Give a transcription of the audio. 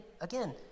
again